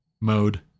mode